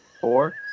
Four